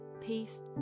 peace